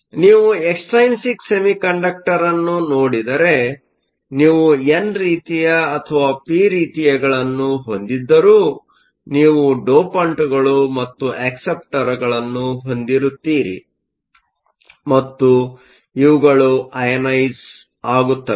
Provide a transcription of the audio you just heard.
ಆದ್ದರಿಂದ ನೀವು extrinsic semiconductor ಅನ್ನು ನೋಡಿದರೆ ನೀವು ಎನ್ ರೀತಿಯ ಅಥವಾ ಪಿ ರೀತಿಯಗಳನ್ನು ಹೊಂದಿದ್ದರೂ ನೀವು ಡೋಪಂಟ್ಗಳು ಮತ್ತು ಅಕ್ಸೆಪ್ಟರ್ ಗಳನ್ನು ಹೊಂದಿರುತ್ತೀರಿ ಮತ್ತು ಇವುಗಳು ಅಯನೈಸ಼್Ionize ಆಗುತ್ತವೆ